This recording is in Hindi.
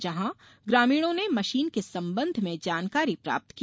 जहां ग्रामीणों ने मशीन के संबंध में जानकारी प्राप्त की